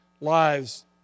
lives